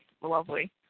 lovely